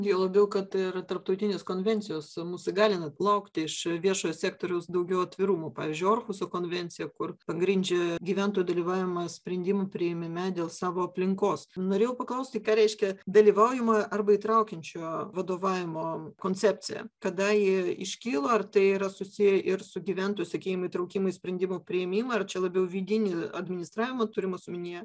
juo labiau kad ir tarptautinės konvencijos mus įgalina laukt iš viešojo sektoriaus daugiau atvirumo pavyzdžiui orhuso konvencija kur pagrindžia gyventojų dalyvavimą sprendimų priėmime dėl savo aplinkos norėjau paklausti ką reiškia dalyvaujamojo arba įtraukiančio vadovavimo koncepcija kada ji iškilo ar tai yra susiję ir su gyventų sakykim įtraukimu į sprendimų priėmimą ar čia labiau vidinį administravimas turimas omenyje